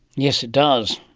yes it does.